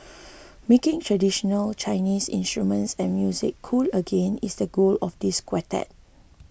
making traditional Chinese instruments and music cool again is the goal of this quartet